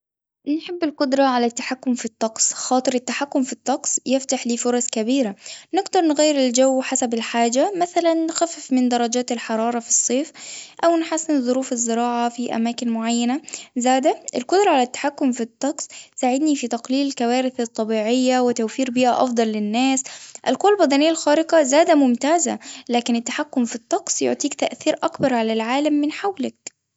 نحب القدرة على التحكم في الطقس، خاطر التحكم في الطقس يفتح لي فرص كبيرة، نقدر نغير الجو حسب الحاجة مثلا نخفف من درجات الحرارة في الصيف أو نحسن ظروف الزراعة في أماكن معينة زادة، القدرة على التحكم في الطقس ساعدني في تقليل الكوارث الطبيعية وتوفير بيئة أفضل للناس، القوة البدنية الخارقة زادة ممتازة، لكن التحكم في الطقس يعطيك تأثير أكبر على العالم من حولك.